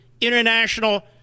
international